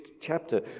chapter